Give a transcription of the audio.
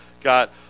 got